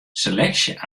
seleksje